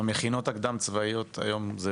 המכינות הקדם-צבאיות היום זה